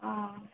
অঁ